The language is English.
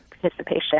Participation